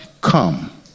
come